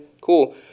Cool